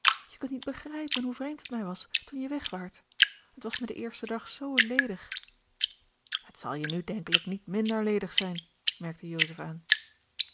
je kunt niet begrijpen hoe vreemd het mij was toen je weg waart het was mij den eersten dag zoo ledig george een ongeluksvogel het zal je nu denkelijk niet minder ledig zijn merkte joseph aan